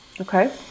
okay